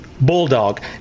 Bulldog